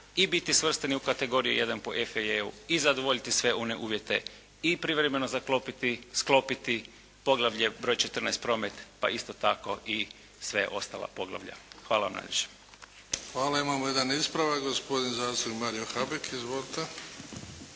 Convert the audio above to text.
i biti svrstani u kategorije jedan po EFA-u i zadovoljiti sve one uvjete i privremeno zaklopiti, sklopiti poglavlje broj 14 promet, pa isto tako i sve ostala poglavlja. Hvala vam najljepša. **Bebić, Luka (HDZ)** Hvala. Imamo jedan ispravak, gospodin zastupnik Mario Habek. Izvolite.